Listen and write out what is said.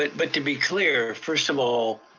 but to be clear, first of all,